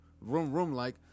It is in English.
room-room-like